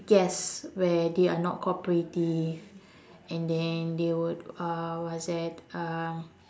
guest where they are not cooperative and then they would uh what's that um